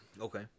Okay